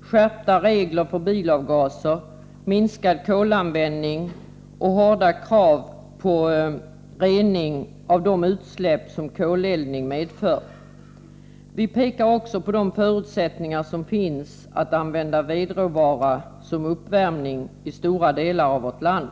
skärpta regler för bilavgaser, minskad kolanvändning och hårda krav på rening av de utsläpp som koleldning medför. Vi pekar också på de förutsättningar som finns för att använda vedråvara för uppvärmning i stora delar av vårt land.